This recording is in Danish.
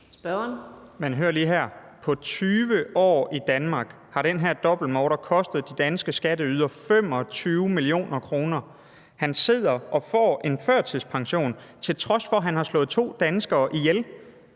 (DF): Men hør lige her: På 20 år i Danmark har den her dobbeltmorder kostet de danske skatteydere 25 mio. kr. Han sidder og får en førtidspension, til trods for at han har slået to danskere ihjel.